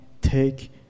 take